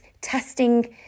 testing